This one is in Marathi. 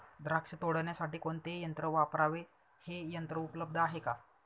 द्राक्ष तोडण्यासाठी कोणते यंत्र वापरावे? हे यंत्र उपलब्ध आहे का?